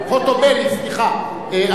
חוטובלי, סליחה.